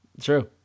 true